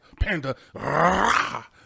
Panda